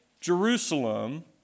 Jerusalem